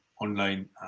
online